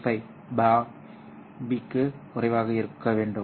35 B க்கும் குறைவாக இருக்க வேண்டும்